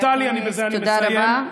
נפתלי, בזה אני מסיים.